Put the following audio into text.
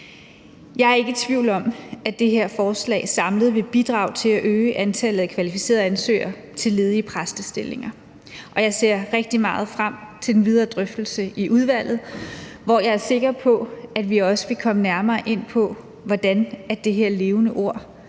Jeg er ikke i tvivl om, at det her forslag samlet set vil bidrage til at øge antallet af kvalificerede ansøgere til ledige præstestillinger. Og jeg ser rigtig meget frem til den videre drøftelse i udvalget, hvor jeg er sikker på, at vi også vil komme nærmere ind på, hvordan det her levende ord